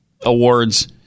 awards